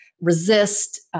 resist